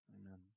Amen